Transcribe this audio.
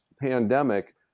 pandemic